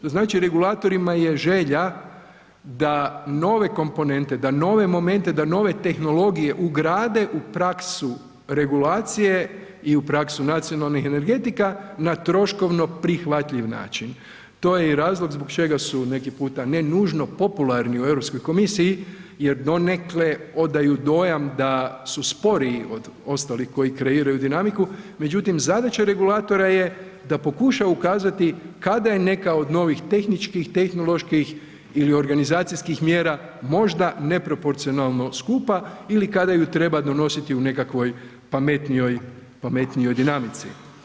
To znači regulatorima je želja da nove komponente, da nove momente, da nove tehnologije ugrade u praksu regulacije i u praksu nacionalnih energetika na troškovno prihvatljiv način, to je i razlog zbog čega su neki puta ne nužno popularni u Europskoj komisiji jer donekle odaju dojam da su sporiji od ostalih koji kreiraju dinamiku međutim zadaća regulatora je da pokušaju ukazati kada je neka od novih tehničkih, tehnoloških ili organizacijskih mjera, možda neproporcionalno skupa ili kada ju treba donositi u nekakvoj pametnijoj dinamici.